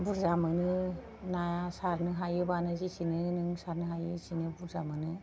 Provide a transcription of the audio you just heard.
बुर्जा मोनो नाया सारनो हायोबानो जेसेनो नोङो सारनो हायो एसेनो बुर्जा मोनो